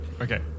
Okay